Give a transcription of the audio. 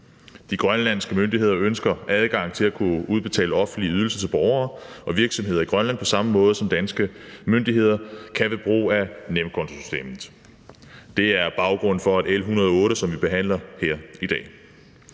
De grønlandske myndigheder ønsker adgang til at kunne udbetale offentlige ydelser til borgere og virksomheder i Grønland på samme måde, som danske myndigheder kan ved brug af nemkontosystemet. Det er baggrunden for L 108, som vi behandler her i dag.